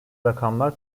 rakamlar